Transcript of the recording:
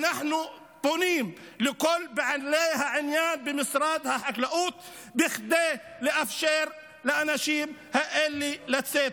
אנחנו פונים לכל בעלי העניין במשרד החקלאות כדי לאפשר לאנשים האלה לצאת.